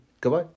Goodbye